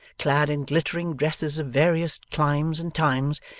clad in glittering dresses of various climes and times,